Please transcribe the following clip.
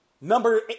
Number